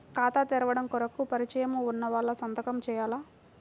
ఖాతా తెరవడం కొరకు పరిచయము వున్నవాళ్లు సంతకము చేయాలా?